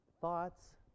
Thoughts